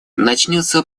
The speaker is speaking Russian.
начнется